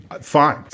fine